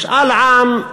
משאל עם,